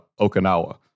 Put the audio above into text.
Okinawa